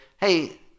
Hey